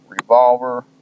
revolver